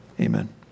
amen